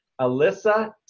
Alyssa